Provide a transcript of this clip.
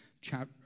chapter